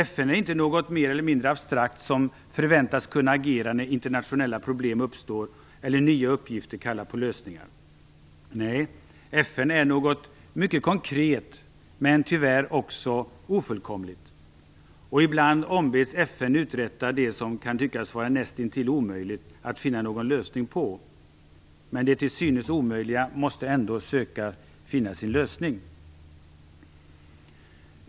FN är inte något mer eller mindre abstrakt som förväntas kunna agera när internationella problem uppstår eller nya uppgifter kallar på lösningar. Nej, FN är något mycket konkret, men tyvärr också ofullkomligt. Ibland ombeds FN uträtta det som kan tyckas vara nästintill omöjligt att finna någon lösning på. Men det till synes omöjliga måste ändå finna sin lösning.